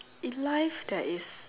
in life there is